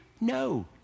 No